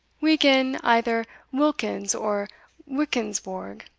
we gain either whilkens, or whichensborgh